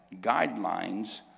guidelines